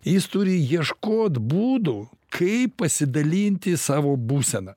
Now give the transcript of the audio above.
jis turi ieškot būdų kaip pasidalinti savo būsena